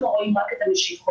אנחנו רואים רק את המשיכות,